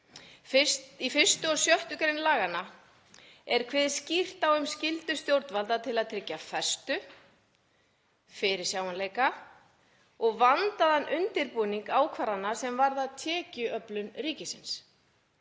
Í 1. og 6. gr. laganna er kveðið skýrt á um skyldu stjórnvalda til að tryggja festu, fyrirsjáanleika og vandaðan undirbúning ákvarðana sem varða tekjuöflun ríkisins.